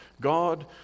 God